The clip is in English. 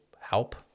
help